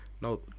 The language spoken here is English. now